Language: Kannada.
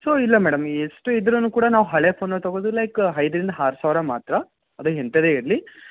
ಸೊ ಇಲ್ಲ ಮೇಡಮ್ ಎಷ್ಟು ಇದ್ರೂ ಕೂಡ ನಾವು ಹಳೆಯ ಫೋನನ್ನ ತೊಗೊಳೋದು ಲೈಕ್ ಐದರಿಂದ ಆರು ಸಾವಿರ ಮಾತ್ರ ಅದು ಎಂಥದೇ ಇರಲಿ